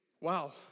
Wow